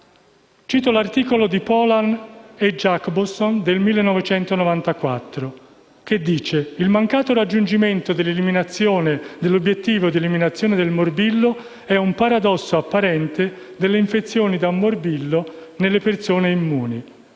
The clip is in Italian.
cito l'articolo di Poland e Jacobson del 1994, in cui si sostiene che il mancato raggiungimento dell'obiettivo dell'eliminazione del morbillo è un paradosso apparente delle infezioni da morbillo nelle persone immuni.